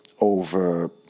over